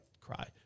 cry